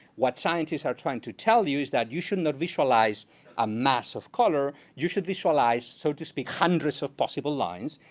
what scientists are trying to tell you is that you shouldn't visualize a mass of color. you should visualize, so to speak hundreds, of possible lines,